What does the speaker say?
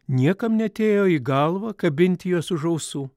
niekam neatėjo į galvą kabinti juos už ausų